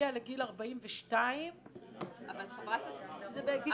הגיעה לגיל 42. אבל חברת הכנסת --- לא,